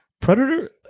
Predator